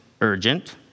urgent